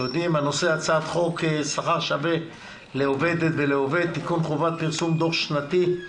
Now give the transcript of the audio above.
הצעת חוק שכר שווה לעובדת ולעובד (תיקון חובת פרסום דוח שנתי),